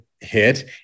hit